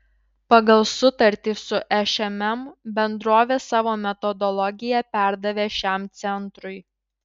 pagal sutartį su šmm bendrovė savo metodologiją perdavė šiam centrui